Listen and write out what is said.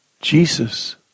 Jesus